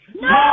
No